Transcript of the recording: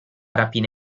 rapina